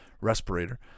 respirator